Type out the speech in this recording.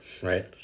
right